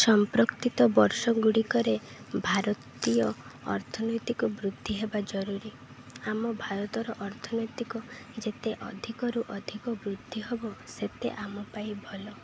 ସମ୍ପ୍ରକ୍ତିିତ ବର୍ଷଗୁଡ଼ିକରେ ଭାରତୀୟ ଅର୍ଥନୈତିକ ବୃଦ୍ଧି ହେବା ଜରୁରୀ ଆମ ଭାରତର ଅର୍ଥନୈତିକ ଯେତେ ଅଧିକରୁ ଅଧିକ ବୃଦ୍ଧି ହେବ ସେତେ ଆମ ପାଇଁ ଭଲ